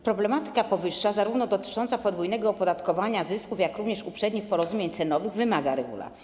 Problematyka powyższa zarówno dotycząca podwójnego opodatkowania zysków, jak i uprzednich porozumień cenowych wymaga regulacji.